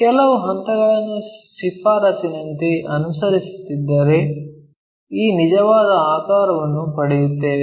ಕೆಲವು ಹಂತಗಳನ್ನು ಶಿಫಾರಸಿನಂತೆ ಅನುಸರಿಸುತ್ತಿದ್ದರೆ ಈ ನಿಜವಾದ ಆಕಾರವನ್ನು ಪಡೆಯುತ್ತೇವೆ